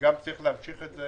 וצריך להמשיך את זה